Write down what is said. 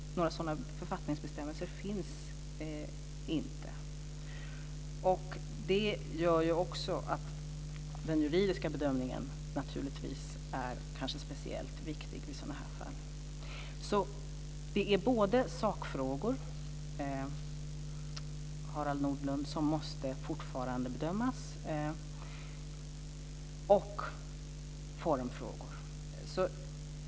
Några sådana författningsbestämmelser finns inte. Det gör att den juridiska bedömningen är speciellt viktig i sådana fall. Det är både sakfrågor, Harald Nordlund, som måste bedömas och formfrågor.